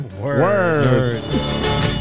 Word